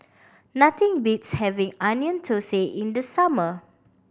nothing beats having Onion Thosai in the summer